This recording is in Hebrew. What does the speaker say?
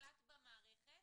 שנקלט במערכת